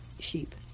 sheep